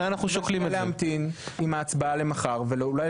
אולי כדאי להמתין אעם ההצבעה למחר ואולי